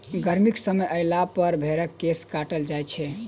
गर्मीक समय अयलापर भेंड़क केश काटल जाइत छै